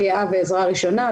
החייאה ועזרה ראשונה,